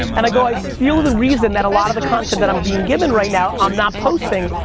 and i go, i feel the reason that a lot of the content that i'm being given right now i'm not posting,